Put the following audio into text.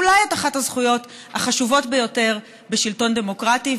אחת הזכויות החשובות ביותר בשלטון דמוקרטי,